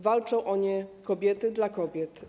Walczą o nie kobiety dla kobiet.